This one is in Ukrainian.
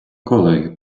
колеги